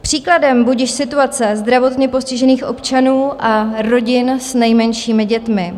Příkladem budiž situace zdravotně postižených občanů a rodin s nejmenšími dětmi.